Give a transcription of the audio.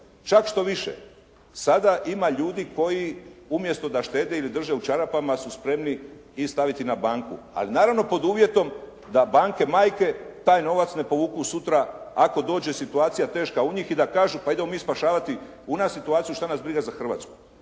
Čak štoviše sada ima ljudi koji umjesto da štede ili drže u čarapama su spremni i staviti na banku, ali naravno pod uvjetom da banke majke taj novac ne povuku sutra ako dođe situacija teška u njih i da kažu pa idemo mi spašavati u nas situaciju, šta nas briga za Hrvatsku.